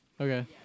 Okay